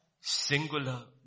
singular